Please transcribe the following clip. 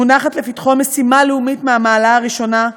מונחת לפתחו משימה לאומית מהמעלה הראשונה.